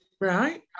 Right